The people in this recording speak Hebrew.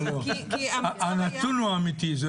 הנתון הוא אמיתי.